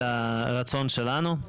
אלא הרצון שלנו.